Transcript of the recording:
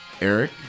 Eric